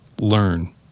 Learn